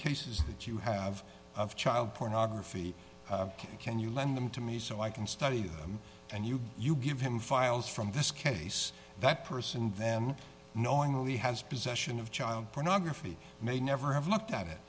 cases that you have of child pornography can you lend them to me so i can study them and you you give him files from this case that person then knowingly has possession of child pornography may never have looked at it